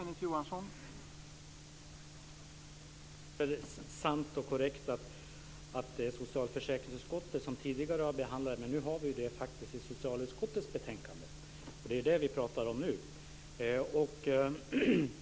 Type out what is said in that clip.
Herr talman! Det är korrekt att det är socialförsäkringsutskottet som tidigare har behandlat den här frågan. Men nu har vi ju den faktiskt i socialutskottets betänkande, och det är det vi pratar om nu.